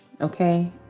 Okay